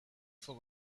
for